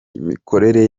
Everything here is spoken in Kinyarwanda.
imikorere